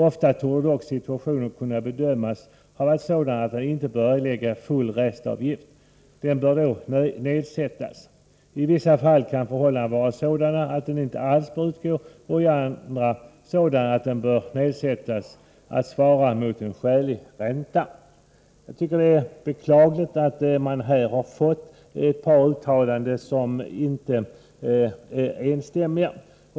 Ofta torde dock situationen kunna bedömas ha varit sådan att han inte bör erlägga full restavgift. Den bör då nedsättas. I vissa fall kan förhållandena vara sådana att den inte alls bör utgå och i andra fall sådana att den bör nedsättas att svara mot en skälig ränta.” Det är beklagligt att vi här har fått ett par uttalanden som inte är enstämmiga.